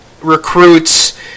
recruits